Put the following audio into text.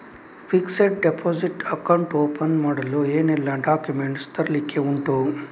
Fixed deposit account open ಮಾಡಲು ಏನೆಲ್ಲಾ documents ತರ್ಲಿಕ್ಕೆ ಉಂಟು?